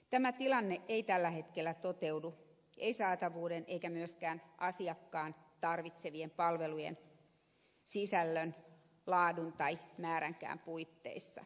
tämä tilanne ei tällä hetkellä toteudu ei saatavuuden eikä myöskään asiakkaan tarvitsemien palvelujen sisällön laadun tai määränkään puitteissa